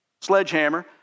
Sledgehammer